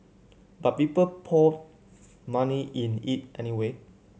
but people poured money in it anyway